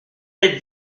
l’ai